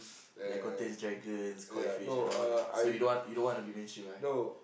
that contains dragons Koi fish and all so you don't want you don't want to be mainstream eh